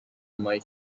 نمایی